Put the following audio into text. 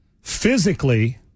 physically